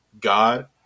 God